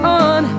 on